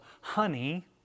honey